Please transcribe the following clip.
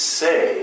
say